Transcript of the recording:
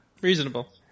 Reasonable